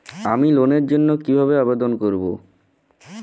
আমি লোনের জন্য কিভাবে আবেদন করব?